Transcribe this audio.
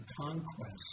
conquest